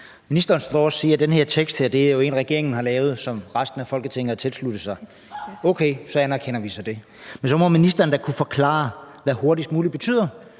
Ministeren står og siger, at den her tekst er en, regeringen har lavet, og som resten af Folketinget har tilsluttet sig. Okay, så anerkender vi så det. Men så må ministeren da kunne forklare, hvad hurtigst muligt betyder.